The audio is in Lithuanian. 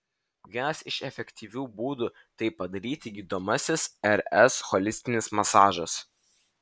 vienas iš efektyvių būdų tai padaryti gydomasis rs holistinis masažas